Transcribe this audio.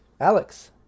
alex